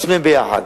את שניהם יחד,